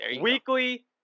Weekly